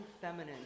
feminine